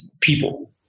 people